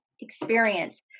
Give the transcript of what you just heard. experience